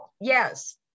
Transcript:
Yes